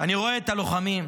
אני רואה את הלוחמים.